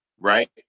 right